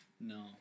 No